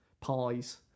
pies